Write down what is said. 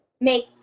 make